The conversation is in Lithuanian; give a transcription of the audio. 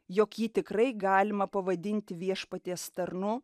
jog jį tikrai galima pavadint viešpaties tarnu